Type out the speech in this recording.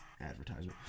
Advertisement